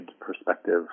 perspective